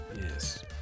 Yes